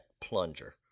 plunger